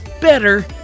better